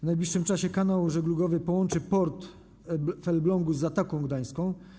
W najbliższym czasie kanał żeglugowy połączy port w Elblągu z Zatoką Gdańską.